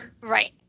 Right